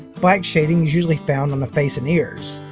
black shading is usually found on the face and ears.